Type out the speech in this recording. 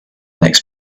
next